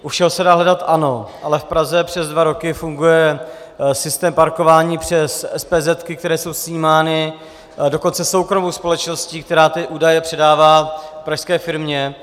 U všeho se dá hledat, ano, ale v Praze přes dva roky funguje systém parkování přes espézetky, které jsou snímány, dokonce soukromou společností, která ty údaje předává pražské firmě.